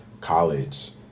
college